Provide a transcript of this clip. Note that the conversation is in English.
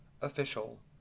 official